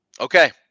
Okay